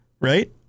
right